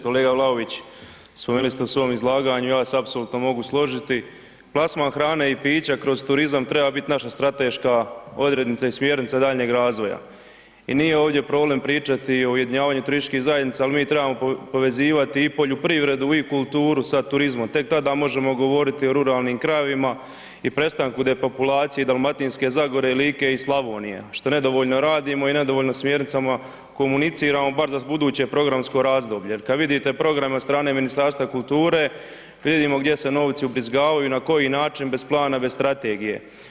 Kolega Vlaović, spomenuli ste u svom izlaganju, ja se apsolutno mogu složiti, plasman hrane i pića kroz turizam treba bit naša strateška odrednica i smjernica daljnjeg razvoja i nije ovdje problem pričati o ujedinjavanju turističkih zajednica, ali mi trebamo povezivati i poljoprivredu i kulturu sa turizmom, tek tada možemo govoriti o ruralnim krajevima i prestanku depopulacije Dalmatinske Zagore, Like i Slavonije i što nedovoljno radimo i nedovoljno smjernicama komuniciramo bar za buduće programsko razdoblje jer kad vidite program od strane Ministarstva kulture, vidimo gdje se novci ubrizgavaju i na koji način bez plana, bez strategije.